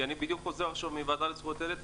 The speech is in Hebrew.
כי אני בדיוק חוזר מהוועדה לזכויות הילד,